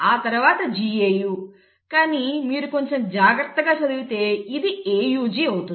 ఆ తరువాత GAU కానీ మీరు కొంచెం జాగ్రత్తగా చదివితే ఇది AUG అవుతుంది